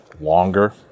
longer